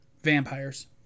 vampires